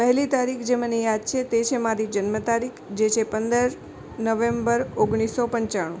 પહેલી તારીખ જે મને યાદ છે તે છે મારી જન્મતારીખ જે છે પંદર નવેમ્બર ઓગણીસ સો પંચાણું